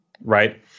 Right